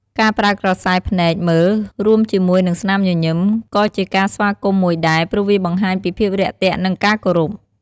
ការប្រើក្រសែភ្នែកមើល រួមជាមួយនឹងស្នាមញញឹម ក៏ជាការស្វាគមន៍មួយដែរ ព្រោះវាបង្ហាញពីភាពរាក់ទាក់ និងការគោរព។